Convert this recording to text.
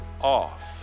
off